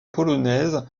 polonaise